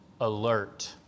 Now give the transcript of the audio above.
Alert